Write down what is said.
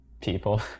people